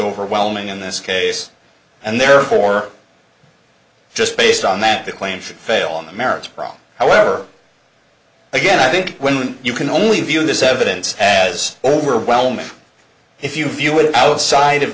overwhelming in this case and therefore just based on that the claim should fail on the merits problem however again i think when you can only view this evidence as overwhelming if you few would outside of